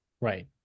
right